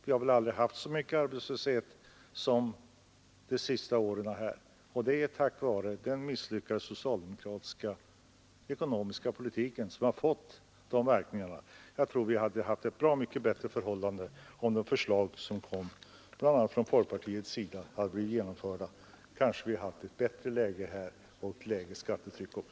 Vi har väl aldrig haft så mycket arbetslöshet som under de senaste åren, och det beror på den misslyckade socialdemokra tiska ekonomiska politiken, som har fått dessa verkningar. Jag tror att vi hade haft bra mycket bättre förhållanden om de förslag som framlagts bl.a. av folkpartiet blivit genomförda. Då borde vi ha haft ett bättre läge och även ett lägre skattetryck.